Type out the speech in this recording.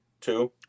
Two